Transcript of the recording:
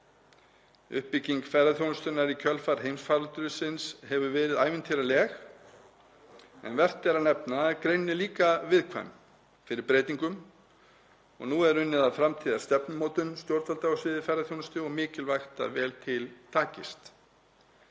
Uppbygging ferðaþjónustunnar í kjölfar heimsfaraldursins hefur verið ævintýraleg en vert er að nefna að greinin er líka viðkvæm fyrir breytingum og nú er unnið að framtíðarstefnumótun stjórnvalda á sviði ferðaþjónustu og mikilvægt að vel takist